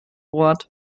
bord